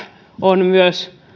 on myös